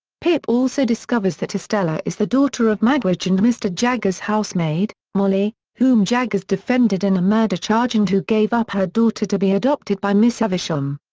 pip also discovers that estella is the daughter of magwitch and mr. jaggers' housemaid, molly, whom jaggers defended in a murder charge and who gave up her daughter to be adopted by miss havisham.